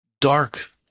dark